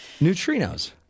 Neutrinos